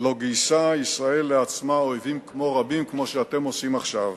לא גייסה ישראל לעצמה אויבים רבים כמו שאתם עושים עכשיו.